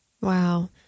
Wow